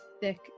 thick